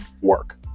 work